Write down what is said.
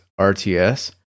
RTS